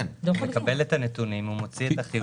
הוא מקבל את הנתונים ומוציא את החיוב.